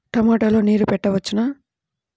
టమాట లో నీరు పెట్టవచ్చునా?